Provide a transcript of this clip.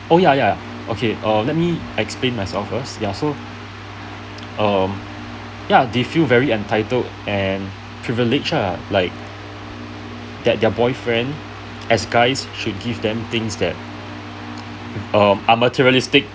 oh ya ya ya okay err let me explain myself first ya so err ya they feel very entitled and privilege ah like that their boyfriend as guys should give them things that um un materialistic